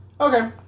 Okay